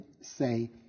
say